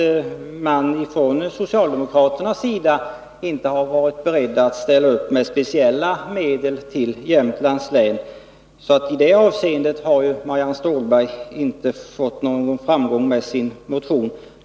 Socialdemokraterna har inte varit beredda att ställa upp med speciella medel till Jämtlands län. I det avseendet har Marianne Stålberg alltså inte fått någon framgång med sin motion.